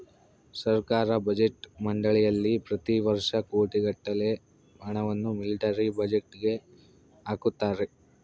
ಸರ್ಕಾರ ಬಜೆಟ್ ಮಂಡಳಿಯಲ್ಲಿ ಪ್ರತಿ ವರ್ಷ ಕೋಟಿಗಟ್ಟಲೆ ಹಣವನ್ನು ಮಿಲಿಟರಿ ಬಜೆಟ್ಗೆ ಹಾಕುತ್ತಾರೆ